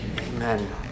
Amen